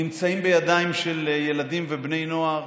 נמצאים בידיים של ילדים ובני נוער.